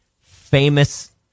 famous